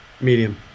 Medium